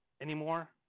anymore